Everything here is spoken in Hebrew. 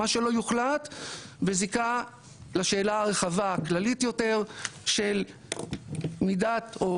מה שלא יוחלט בזיקה לשאלה הרחבה כללית יותר של מידת או